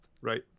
right